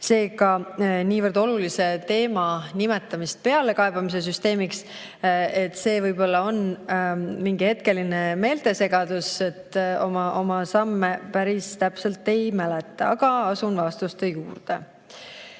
Seega, niivõrd olulise teema nimetamine pealekaebamise süsteemiks on võib-olla mingi hetkeline meeltesegadus, sest oma samme päris täpselt ei mäletata. Aga asun vastuste juurde.